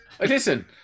listen